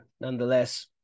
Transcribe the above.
nonetheless